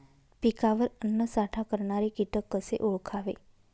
पिकावर अन्नसाठा करणारे किटक कसे ओळखावे?